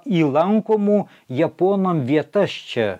į lankomų japonam vietas čia